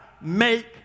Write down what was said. Make